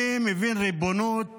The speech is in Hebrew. אני מבין ריבונות